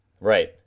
Right